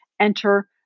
enter